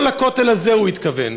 לא לכותל הזה הוא התכוון,